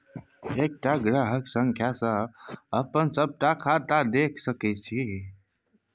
एकटा ग्राहक संख्या सँ अपन सभटा खाता देखि सकैत छी